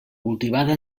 cultivada